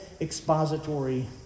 expository